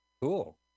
Cool